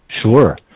sure